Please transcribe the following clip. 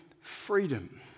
freedom